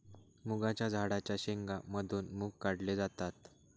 मुगाच्या झाडाच्या शेंगा मधून मुग काढले जातात